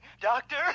doctor